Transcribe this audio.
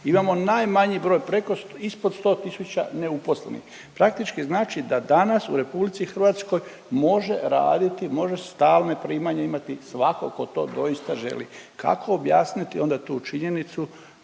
Imamo najmanji broj preko, ispod 100 tisuća neuposlenih. Praktički znači da danas u RH može raditi, može stalna primanja imati svako tko to doista želi. Kako objasniti onda tu činjenicu